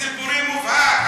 זה אינטרס ציבורי מובהק,